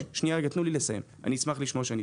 הדיון.